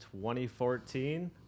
2014